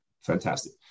fantastic